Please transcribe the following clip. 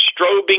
strobing